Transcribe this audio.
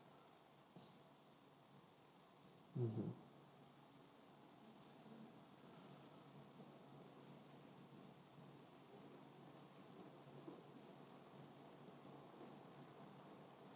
mmhmm